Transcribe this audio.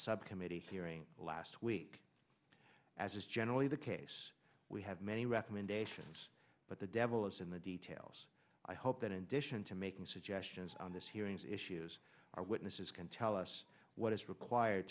subcommittee hearing last week as is generally the case we have many recommendations but the devil is in the details i hope that in addition to making suggestions on this hearings issues our witnesses can tell us what is required